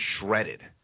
shredded